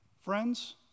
Friends